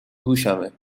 گوشمه